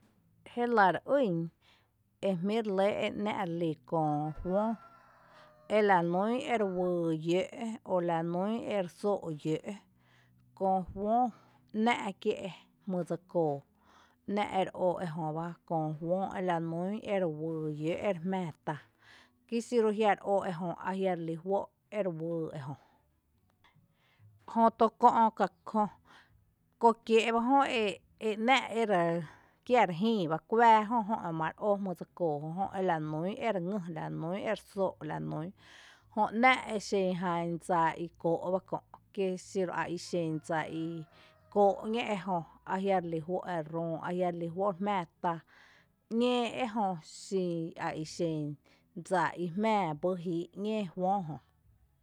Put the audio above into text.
Jélⱥ re ýn, ejmí’ re lɇ e ‘nⱥ’ re lí köö föó ela nún ere uyy yǿǿ’, o la nún ere sóo’ yǿǿ’ köö föó ‘nⱥ’ kié’ jmýy dse kóo ‘nⱥ’ ere ó ejöba köö föó lanún ere uyy yǿǿ’ ere ere jmⱥⱥ tá kí xiru e a jia’ re ó ejö ajia’ relí juó ere uýy ejö, jöto kö’ ká’ jö kö kiee’ ba jö e án’a’ ere kiä re jïï bá kuⱥá jö emare ó jmýy dse kóo jö jó ela nún ere ngý, la nún ere sóo’ la nún, jö ‘nⱥ’ e xen jan dsa i kóo’ bá kö’ kie xiru a ixen dsa i kóo’ ‘ñ’ee ejö a jia’ relí juó’ ere röó, ajiarelí juó’ re jmⱥⱥ tá ‘ñée ejö xi a i xen dsa i jmⱥⱥ bý jíi’ ‘ñée föó jö.